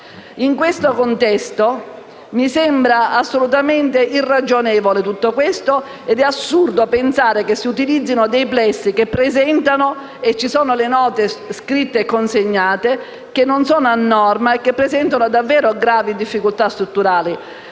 In questo contesto, mi sembra assolutamente irragionevole tutto questo, ed è assurdo pensare che si utilizzino dei plessi non a norma - ci sono le note scritte e consegnate - e che presentano davvero gravi difficoltà strutturali.